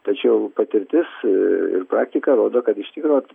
tačiau patirtis ir praktika rodo kad iš tikro